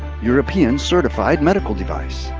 european certified medical device.